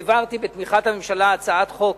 העברתי, בתמיכת הממשלה, הצעת חוק